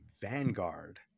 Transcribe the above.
Vanguard